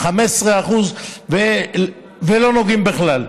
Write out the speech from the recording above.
15% ולא נוגעים בכלל.